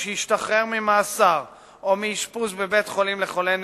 שהשתחרר ממאסר או מאשפוז בבית-חולים לחולי נפש,